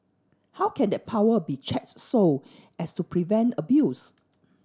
how can that power be checked so as to prevent abuse